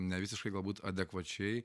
nevisiškai galbūt adekvačiai